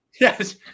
Yes